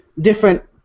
different